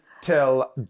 till